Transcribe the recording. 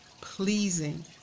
pleasing